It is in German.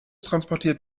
transportiert